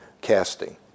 casting